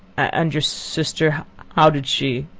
and your sister how did she